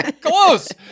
Close